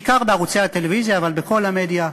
בעיקר בערוצי הטלוויזיה אבל בכל המדיה,